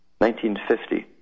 1950